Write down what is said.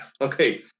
Okay